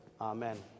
Amen